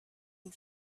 the